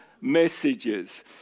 messages